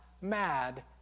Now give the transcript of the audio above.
mad